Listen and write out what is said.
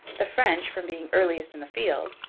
the french, from being earliest in the field,